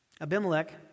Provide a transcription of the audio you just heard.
Abimelech